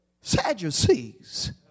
Sadducees